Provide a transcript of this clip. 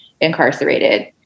incarcerated